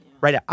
right